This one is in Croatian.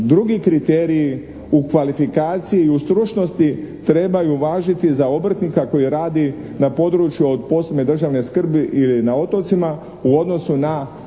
drugi kriteriji u kvalifikaciji i u stručnosti trebaju važiti za obrtnika koji radi na području od posebne državne skrbi ili na otocima u odnosu na kolege